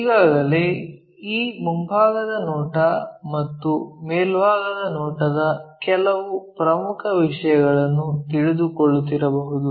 ಈಗಾಗಲೇ ಈ ಮುಂಭಾಗದ ನೋಟ ಮತ್ತು ಮೇಲ್ಭಾಗದ ನೋಟದ ಕೆಲವು ಪ್ರಮುಖ ವಿಷಯಗಳನ್ನು ತಿಳಿದುಕೊಳ್ಳುತ್ತಿರಬಹುದು